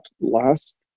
last